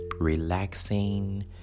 relaxing